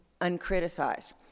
uncriticized